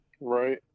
right